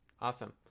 Awesome